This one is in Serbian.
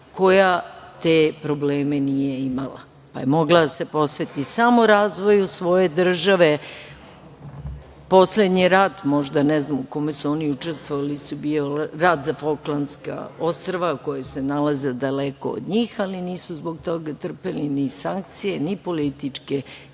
koja te probleme nije imala pa je mogla da se posveti samo razvoju svoje države. Poslednji rat u kome su oni učestvovali je bio rat za Foklandska ostrva koja se nalaze daleko od njih, ali nisu zbog toga trpeli ni sankcije ni političke,